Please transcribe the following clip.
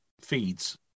feeds